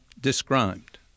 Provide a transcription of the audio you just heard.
described